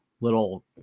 little